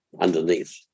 underneath